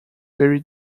very